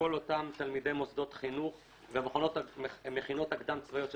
אותם תלמידי מוסדות חינוך והמכינות הקדם צבאיות,